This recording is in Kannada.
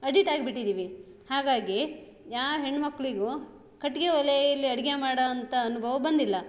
ಅಡಿಟ್ ಆಗ್ಬಿಟ್ಟಿದ್ದೀವಿ ಹಾಗಾಗಿ ಯಾವ ಹೆಣ್ಣುಮಕ್ಳಿಗು ಕಟ್ಟಿಗೆ ಒಲೇಲಿ ಅಡಿಗೆ ಮಾಡುವಂತ ಅನುಭವ ಬಂದಿಲ್ಲ